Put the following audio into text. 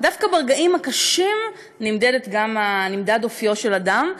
דווקא ברגעים הקשים נמדד אופיו של אדם.